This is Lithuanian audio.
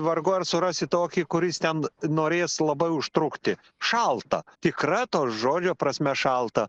vargu ar surasi tokį kuris ten norės labai užtrukti šalta tikra to žodžio prasme šalta